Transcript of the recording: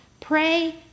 Pray